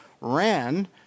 ran